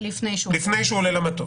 לפני שהוא עולה למטוס.